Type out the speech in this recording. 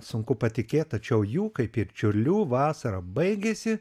sunku patikėt tačiau jų kaip ir čiurlių vasara baigėsi